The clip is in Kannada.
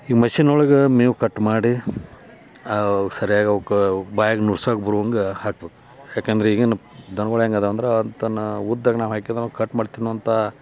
ಈ ಮಷಿನ್ ಒಳಗೆ ಮೇವು ಕಟ್ ಮಾಡಿ ಸರ್ಯಾಗಿ ಅವ್ಕೆ ಬಾಯಾಗೆ ನುರ್ಸಾಗೆ ಬರುವಂಗೆ ಹಾಕ್ಬೇಕು ಏಕಂದ್ರೆ ಈಗಿನ ದನ್ಗಳು ಹೆಂಗಿದವಂದ್ರಾ ತನ್ನ ಉದ್ದಕ್ ನಾವು ಹಾಕಿದ್ರೆ ಅಂದ್ರ್ ಕಟ್ ಮಾಡಿ ತಿನ್ನುವಂಥ